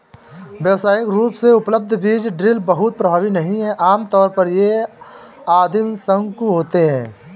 व्यावसायिक रूप से उपलब्ध बीज ड्रिल बहुत प्रभावी नहीं हैं आमतौर पर ये आदिम शंकु होते हैं